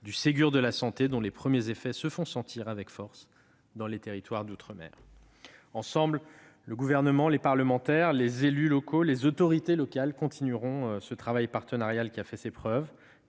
du Ségur de la santé, dont les premiers effets se font sentir, avec force, dans les territoires d'outre-mer. Ensemble, le Gouvernement, les parlementaires, les élus et autorités locales continueront ce travail partenarial qui a fait ses preuves,